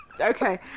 okay